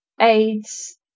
AIDS